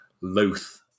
loath